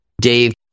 Dave